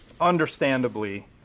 understandably